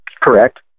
Correct